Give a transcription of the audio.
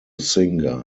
singer